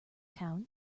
town